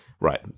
right